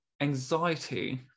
anxiety